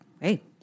hey